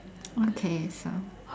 okay so